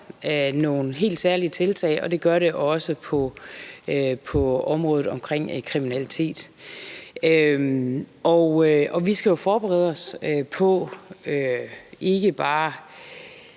på nogle helt særlige tiltag, og det gør det også på området kriminalitet. Vi skal jo forberede os på, ikke bare